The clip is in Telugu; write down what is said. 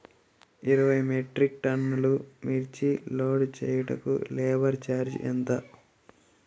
ఇరవై మెట్రిక్ టన్నులు మిర్చి లోడ్ చేయుటకు లేబర్ ఛార్జ్ ఎంత?